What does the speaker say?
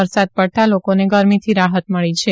વરસાદ પડતા લોકોને ગરમીથી રાહત મળી છે